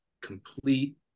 complete